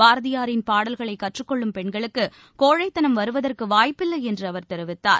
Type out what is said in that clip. பாரதியாரின் பாடல்களை கற்றுக் கொள்ளும் பெண்களுக்கு கோழைத்தனம் வருவதற்கு வாய்ப்பில்லை என்று அவர் தெரிவித்தார்